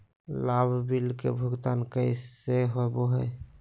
लाभ बिल के भुगतान कैसे होबो हैं?